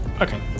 Okay